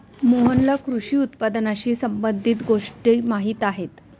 मोहनला कृषी उत्पादनाशी संबंधित गोष्टी माहीत आहेत